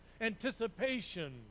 anticipation